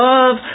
Love